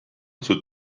zur